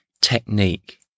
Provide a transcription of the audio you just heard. technique